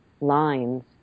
lines